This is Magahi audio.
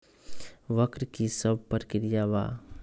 वक्र कि शव प्रकिया वा?